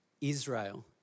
Israel